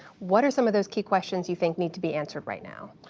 what are some of those key questions you think need to be answered right now?